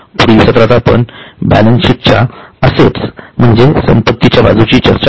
पुढील सत्रात आपण बॅलन्सशीट च्या असेट्स म्हणजे संपत्तीच्या बाजूची चर्चा करू